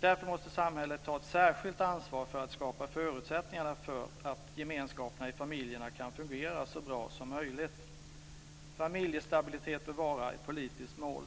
Därför måste samhället ta ett särskilt ansvar för att skapa förutsättningar för att gemenskaperna i familjerna kan fungera så bra som möjligt. Familjestabilitet bör vara ett politiskt mål.